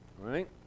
right